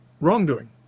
wrongdoing